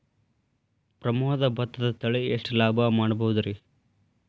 ಪ್ರಮೋದ ಭತ್ತದ ತಳಿ ಎಷ್ಟ ಲಾಭಾ ಮಾಡಬಹುದ್ರಿ?